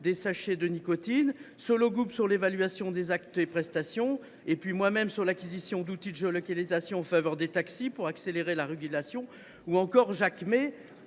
des sachets de nicotine, Sollogoub sur l’évaluation des actes et prestations, mon propre amendement sur l’acquisition d’outils de localisation en faveur des taxis pour accélérer la régulation, ou encore les